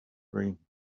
dream